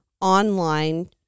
online